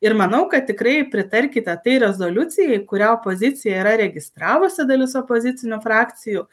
ir manau kad tikrai pritarkite tai rezoliucijai kurią opozicija yra registravusi dalis opozicinių frakcijų